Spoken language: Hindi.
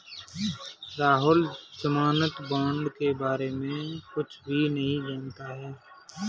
राहुल ज़मानत बॉण्ड के बारे में कुछ भी नहीं जानता है